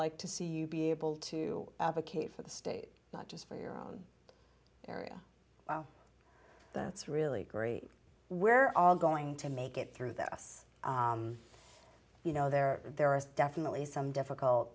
like to see you be able to advocate for the state not just for your own area wow that's really great we're all going to make it through this you know there there are definitely some difficult